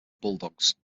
bulldogs